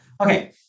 Okay